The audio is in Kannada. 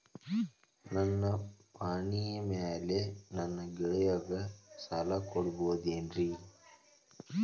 ನನ್ನ ಪಾಣಿಮ್ಯಾಲೆ ನನ್ನ ಗೆಳೆಯಗ ಸಾಲ ಕೊಡಬಹುದೇನ್ರೇ?